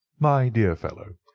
my dear fellow,